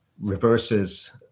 reverses